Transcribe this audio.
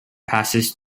passes